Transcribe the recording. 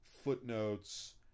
footnotes